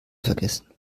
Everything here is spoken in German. vergessen